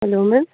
hello ma'am